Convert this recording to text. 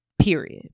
Period